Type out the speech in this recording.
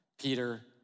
Peter